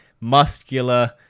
muscular